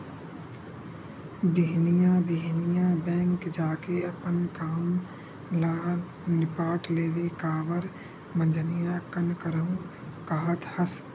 बिहनिया बिहनिया बेंक जाके अपन काम ल निपाट लेबे काबर मंझनिया कन करहूँ काहत हस